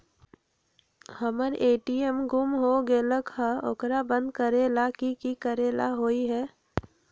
हमर ए.टी.एम गुम हो गेलक ह ओकरा बंद करेला कि कि करेला होई है?